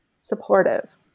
supportive